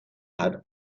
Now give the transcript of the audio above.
had